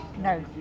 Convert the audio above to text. No